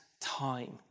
time